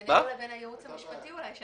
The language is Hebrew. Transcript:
אולי בינינו לבין הייעוץ המשפטי .